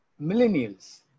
millennials